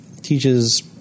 teaches